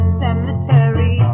cemetery